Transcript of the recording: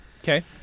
Okay